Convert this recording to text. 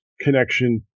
connection